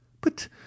But